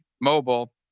mobile